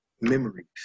memories